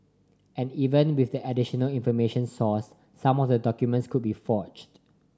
and even with the additional information sourced some of the documents could be forged